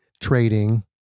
trading